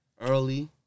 early